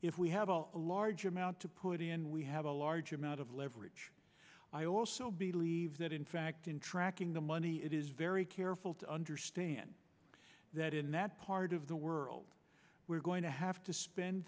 if we have all a large amount to put in we have a large amount of leverage i also believe that in fact in tracking the money it is very careful to understand that in that part of the world we're going to have to spend